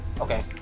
okay